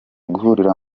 guhurira